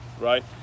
right